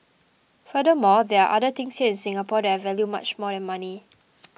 furthermore there are other things here in Singapore that I value much more than money